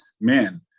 man